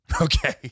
Okay